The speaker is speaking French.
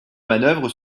manœuvre